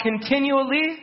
continually